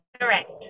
Correct